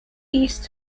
east